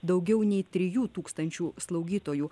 daugiau nei trijų tūkstančių slaugytojų